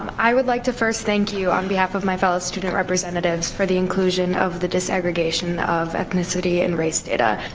i would like to first thank you, on behalf of my fellow student representatives, for the inclusion of the disaggregation of ethnicity and race data.